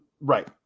Right